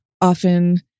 often